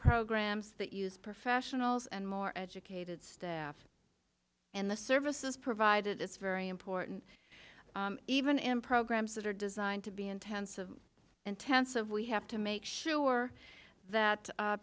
programs that use professionals and more educated staff and the services provided it's very important even in programs that are designed to be intensive intensive we have to make sure that